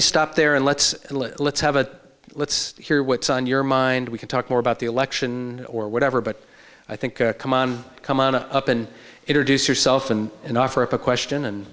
me stop there and let's and let's have a let's hear what's on your mind we can talk more about the election or whatever but i think come on come on up and introduce yourself and and offer up a question and